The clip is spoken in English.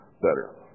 better